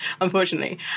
unfortunately